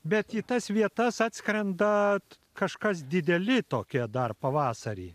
nelabai bet į tas vietas atskrenda kažkas dideli tokie dar pavasarį